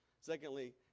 Secondly